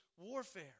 warfare